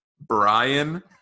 Brian